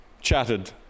chatted